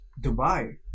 Dubai